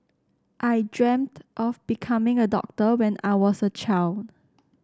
I dreamt of becoming a doctor when I was a child